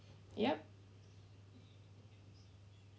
yup